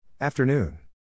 Afternoon